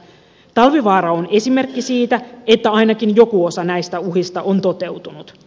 talvivaara on esimerkki siitä että ainakin joku osa näistä uhista on toteutunut